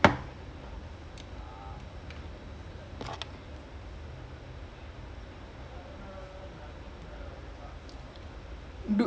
when is the world cup coming back lah I think the nisa say you know nisa is support people ah then he say think might come back like quite soon like I think next game or next next I think brunei when is that match